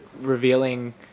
revealing